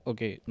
Okay